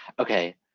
okay.